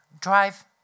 drive